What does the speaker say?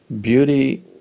beauty